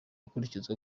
gukurikizwa